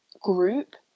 group